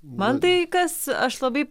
man tai kas aš labai